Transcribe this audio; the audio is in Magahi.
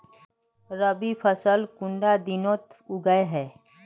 रवि फसल कुंडा दिनोत उगैहे?